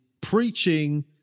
preaching